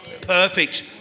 Perfect